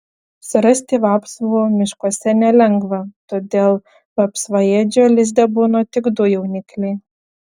surasti vapsvų miškuose nelengva todėl vapsvaėdžio lizde būna tik du jaunikliai